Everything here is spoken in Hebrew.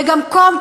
וגם קום,